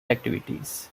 activities